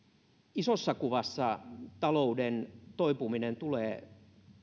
isossa kuvassa meidän talouden toipuminen tulee